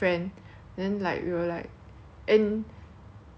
it was also like quite cheap like 我们买那个飞机票大概 like